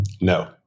No